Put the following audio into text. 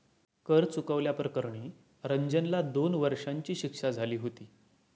कर चुकवल्या प्रकरणी रंजनला दोन वर्षांची शिक्षा झाली होती